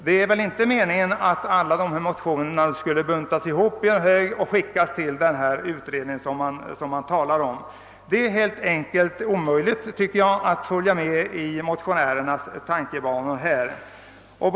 Det är väl inte meningen att alla dessa motioner skall buntas ihop i en hög och sändas till den begärda utredningen? Det är helt enkelt omöjligt att instämma i motionärernas tankegångar i detta avseende.